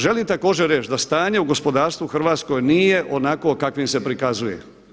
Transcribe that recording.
Želim također reći da stanje u gospodarstvu u Hrvatskoj nije onakvo kakvim se prikazuje.